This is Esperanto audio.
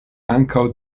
ankaŭ